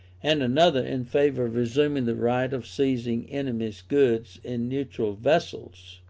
and another in favour of resuming the right of seizing enemies' goods in neutral vessels,